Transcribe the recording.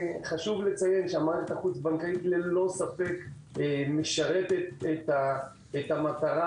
המערכת החוץ בנקאית ללא ספק משרתת את המטרה